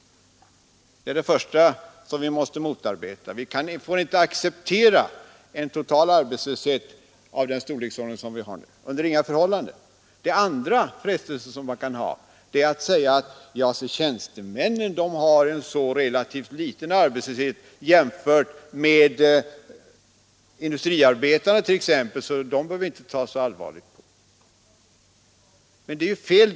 Det är det första som vi måste motarbeta. Vi får inte acceptera en total arbetslöshet av den storleksordning som vi har nu. Under inga förhållanden. Den andra frestelsen som man kan falla för är att säga: Tjänstemännen har en så relativt liten arbetslöshet jämfört med industriarbetarna t.ex., så dem behöver vi inte ta så allvarligt. Men det är fel.